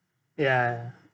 ya